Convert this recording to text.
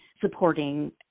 supporting